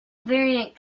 variant